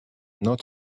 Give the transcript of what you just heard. not